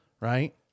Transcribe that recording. right